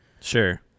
Sure